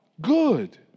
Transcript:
good